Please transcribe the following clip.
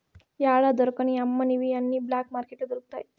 యాడా దొరకని అమ్మనివి అన్ని బ్లాక్ మార్కెట్లో దొరుకుతాయి